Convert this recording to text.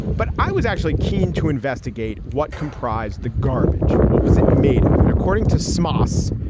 but i was actually keen to investigate what comprised the garbage, what was it made of? and according to samos,